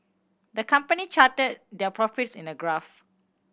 the company charted their profits in a graph